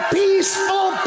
peaceful